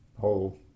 whole